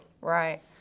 Right